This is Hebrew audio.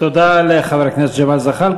תודה לחבר הכנסת ג'מאל זחאלקה.